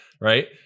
Right